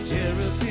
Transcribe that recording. Therapy